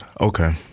Okay